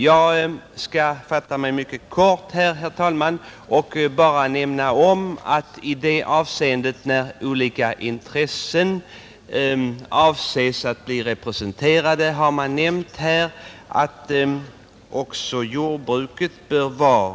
Jag skall fatta mig mycket kort, herr talman. Bland olika intressen som avses bli representerade i styrelsen har man också nämnt jordbruket.